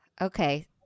Okay